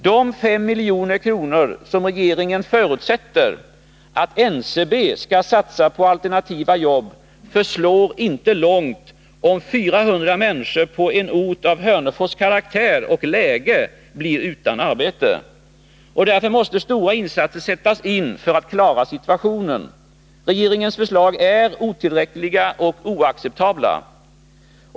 De 5 milj.kr. som regeringen förutsätter att NCB skall satsa på alternativa jobb förslår inte långt, om 400 människor i en ort av Hörnefors karaktär och med dess läge blir utan arbete. Därför måste stora insatser sättas in för att klara situationen. Regeringens förslag är otillräckliga och oacceptabla.